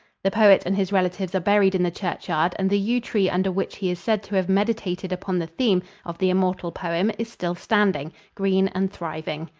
the poet and his relatives are buried in the churchyard and the yew tree under which he is said to have meditated upon the theme of the immortal poem is still standing, green and thriving.